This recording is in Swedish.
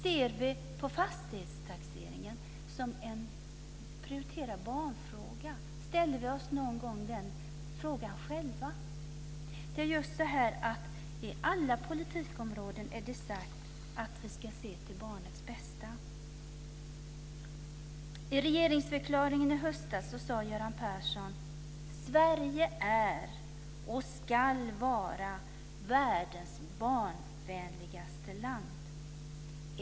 Ser vi på fastighetstaxeringen som en prioriterad barnfråga? Ställer vi oss någon gång den frågan själva? Det är sagt att vi på alla politikområden ska se till barnets bästa. I regeringsförklaringen i höstas sade Göran Persson: Sverige är och ska vara världens barnvänligaste land.